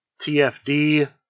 tfd